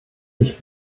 ich